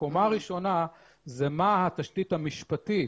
הקומה הראשונה היא מה התשתית המשפטית